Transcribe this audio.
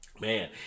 man